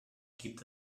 gibt